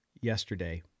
yesterday